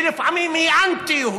ולפעמים היא אנטי-יהודית,